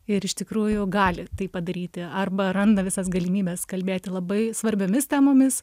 ir iš tikrųjų gali tai padaryti arba randa visas galimybes kalbėti labai svarbiomis temomis